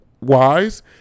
wise